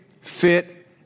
fit